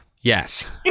yes